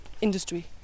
industry